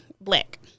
black